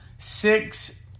Six